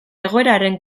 egoeraren